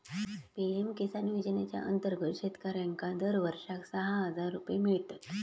PM Kisan योजनेच्या अंतर्गत शेतकऱ्यांका दरवर्षाक सहा हजार रुपये मिळतत